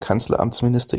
kanzleramtsminister